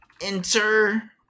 Enter